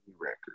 record